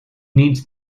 needs